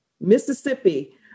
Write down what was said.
Mississippi